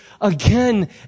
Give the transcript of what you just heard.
again